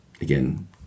again